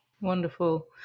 wonderful